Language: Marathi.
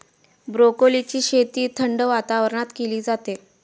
ब्रोकोलीची शेती थंड वातावरणात केली जाते